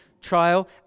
trial